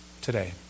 today